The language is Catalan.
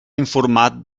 informat